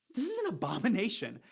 this is an abomination.